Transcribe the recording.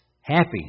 Happy